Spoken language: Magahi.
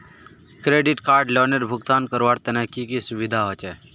क्रेडिट कार्ड लोनेर भुगतान करवार तने की की सुविधा होचे??